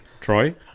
Troy